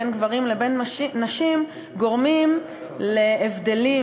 בין גברים לבין נשים גורמים להבדלים,